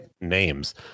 names